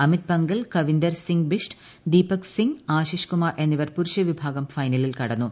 അമിത് പംഗൽ കവിന്ദർസിംഗ് ബിഷ്ട് ദീപക് സിംഗ് ആശിശ് കുമാർ എന്നിവർ പുരുഷ വിഭാഗം ഫൈനലിൽ കടന്നു